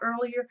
earlier